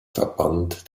verband